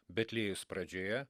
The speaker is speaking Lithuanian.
betliejus pradžioje